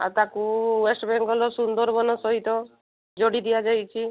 ଆଉ ତାକୁ ୱେଷ୍ଟବେଙ୍ଗଲର ସୁନ୍ଦରବନ ସହିତ ଯୋଡ଼ି ଦିଆଯାଇଛି